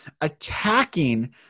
attacking